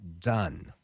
done